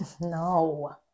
No